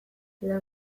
lau